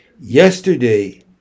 Yesterday